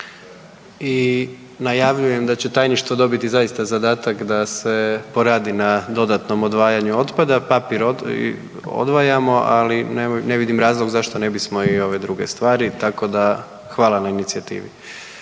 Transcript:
I najavljujem da će tajništvo dobiti zaista zadatak da se poradi na dodatnom odvajanju otpada, papir odvajamo, ali ne vidim razlog zašto ne bismo i ove druge stvari, tako da hvala na inicijativi.